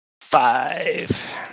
Five